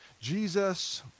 Jesus